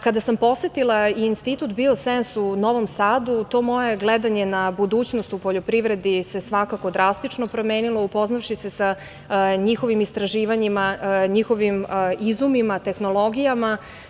Kada sam posetila Institut „Biosens“ u Novom Sadu, to moje gledanje na budućnost u poljoprivredi se svakako drastično promenilo, upoznavši se sa njihovim istraživanjima, njihovim izumima, tehnologijama.